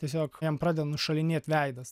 tiesiog jam pradeda nušalinėt veidas